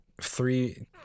three